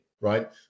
right